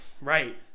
right